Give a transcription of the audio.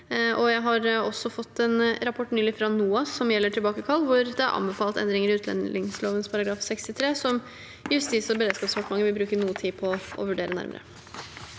Jeg har også nylig fått en rapport fra NOAS som gjelder tilbakekall, hvor det er anbefalt endringer i utlendingsloven paragraf § 63, som Justis- og beredskapsdepartementet vil bruke noe tid på å vurdere nærmere.